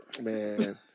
Man